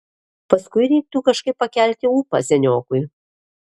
paskui reiktų kažkaip pakelti ūpą seniokui